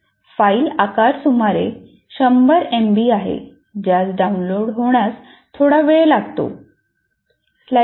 file आकार सुमारे 100 MB आहे ज्यास डाउनलोड होण्यास थोडा वेळ लागतो